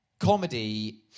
Comedy